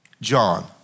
John